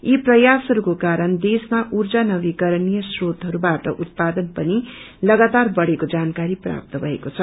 यी प्रयासहरूको कारण देशमा ऊर्जा नवीकरणीय श्रोतहरूबाट उत्पादन पनि लगातार बढ़ेको जानकाारी प्राप्त भएको छ